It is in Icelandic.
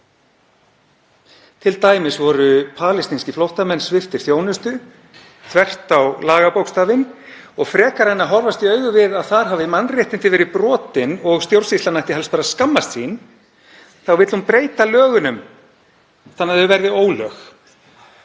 Til dæmis voru palestínskir flóttamenn sviptir þjónustu, þvert á lagabókstafinn, og frekar en að horfast í augu við að þar hafi mannréttindi verið brotin og stjórnsýslan ætti helst bara að skammast sín þá vill hún breyta lögunum þannig að þau verði ólög.